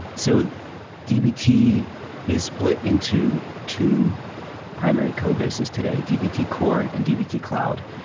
so dbt is split into two primary codebases today dbt core and dbt cloud.